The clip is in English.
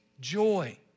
joy